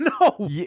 no